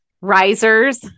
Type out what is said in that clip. risers